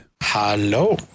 Hello